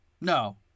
No